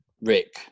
Rick